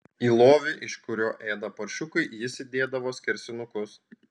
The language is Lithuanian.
į lovį iš kurio ėda paršiukai jis įdėdavo skersinukus